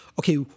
okay